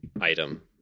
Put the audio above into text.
item